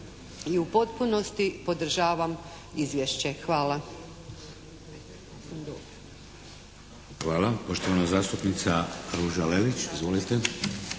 I u potpunosti podržavam Izvješće. Hvala.